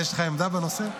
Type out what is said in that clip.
יש לך עמדה בנושא?